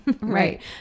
right